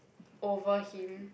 over him